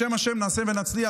בשם ה' נעשה ונצליח.